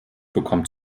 bekommt